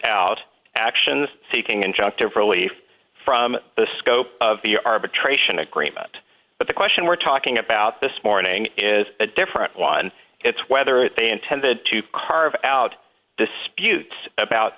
out actions seeking injunctive relief from the scope of the arbitration agreement but the question we're talking about this morning is a different one it's whether they intended to carve out disputes about